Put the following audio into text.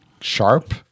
sharp